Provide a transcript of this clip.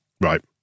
right